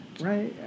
Right